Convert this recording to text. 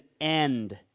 end